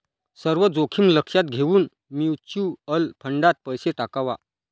सर्व जोखीम लक्षात घेऊन म्युच्युअल फंडात पैसा टाकावा